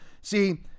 see